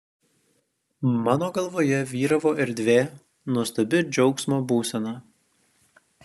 mano galvoje vyravo erdvė nuostabi džiaugsmo būsena